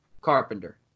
Carpenter